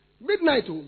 Midnight